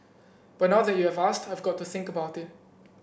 but now that you have asked I've got to think about it